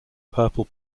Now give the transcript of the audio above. purple